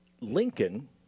Lincoln